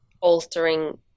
altering